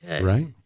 right